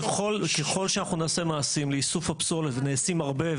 ככל שאנחנו נעשה מעשים לאיסוף הפסולת ונעשים הרבה,